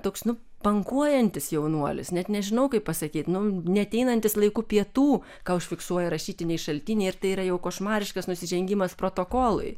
toks nu pankuojantis jaunuolis net nežinau kaip pasakyt nu neateinantis laiku pietų ką užfiksuoja rašytiniai šaltiniai ir tai yra jau košmariškas nusižengimas protokolui